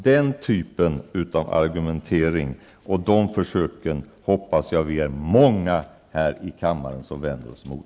Denna typ av argumentering och dessa försök hoppas jag att vi är många här i kammaren som vänder oss mot.